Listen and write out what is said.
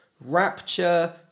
rapture